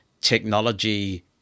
technology –